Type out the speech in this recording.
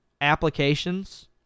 applications